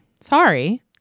Sorry